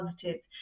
positive